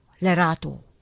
Lerato